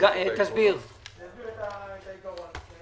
אני אסביר את העקרונות.